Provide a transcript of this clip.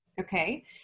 Okay